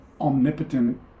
omnipotent